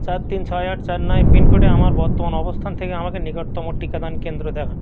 চার তিন ছয় আট ছয় নয় পিনকোডে আমার বর্তমান অবস্থান থেকে আমাকে নিকটতম টিকাদান কেন্দ্র দেখান